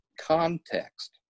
context